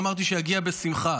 ואמרתי שאגיע בשמחה.